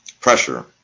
pressure